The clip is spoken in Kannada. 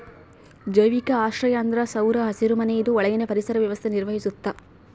ಜೈವಿಕ ಆಶ್ರಯ ಅಂದ್ರ ಸೌರ ಹಸಿರುಮನೆ ಇದು ಒಳಗಿನ ಪರಿಸರ ವ್ಯವಸ್ಥೆ ನಿರ್ವಹಿಸ್ತತೆ